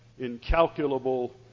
incalculable